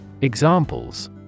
Examples